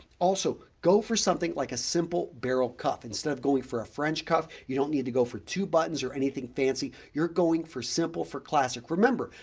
also, go for something like a simple barrel cuff instead of going for a french cuff. you don't need to go for two buttons or anything fancy, you're going for simple for classic. remember,